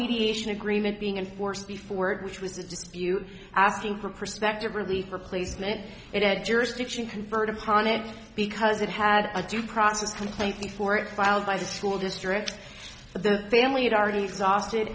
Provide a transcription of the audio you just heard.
mediation agreement being enforced before it which was just you asking for prospective relief replacement it had jurisdiction conferred upon it because it had a due process complaint before it filed by the school district the family had already exhausted